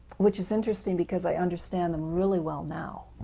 which is interesting because i understand them really well now,